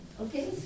Okay